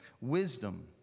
wisdom